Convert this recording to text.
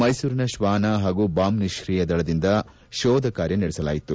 ಮೈಸೂರಿನ ಶ್ವಾನ ಹಾಗೂ ಬಾಂಬ್ ನಿಷ್ಕಿಯ ದಳದಿಂದ ಶೋಧ ಕಾರ್ಯ ನಡೆಸಲಾಯಿತು